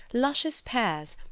luscious pears,